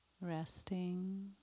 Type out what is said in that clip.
Resting